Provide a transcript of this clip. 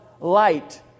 light